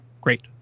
great